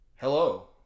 Hello